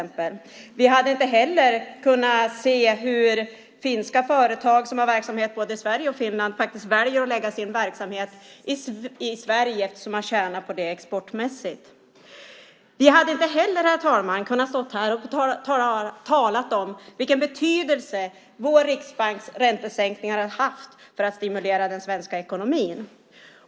Vi hade inte heller kunnat se hur finska företag som har verksamhet i både Sverige och Finland valt att förlägga sin verksamhet till Sverige, eftersom man tjänar på det exportmässigt. Vi hade inte heller kunnat stå här och tala om vilken betydelse vår riksbanks räntesänkningar haft för att stimulera den svenska ekonomin.